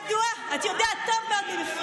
מי מפריע לך לעשות, את יודעת טוב מאוד מי מפריע.